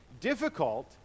difficult